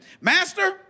Master